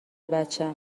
بچم